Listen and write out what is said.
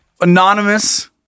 anonymous